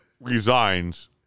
resigns